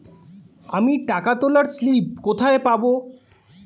আমি টাকা তোলার স্লিপ কোথায় পাবো?